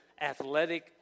athletic